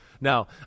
Now